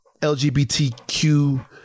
LGBTQ